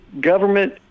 government